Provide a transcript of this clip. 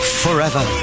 forever